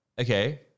okay